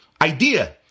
idea